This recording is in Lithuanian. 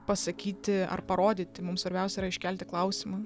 pasakyti ar parodyti mums svarbiausia yra iškelti klausimą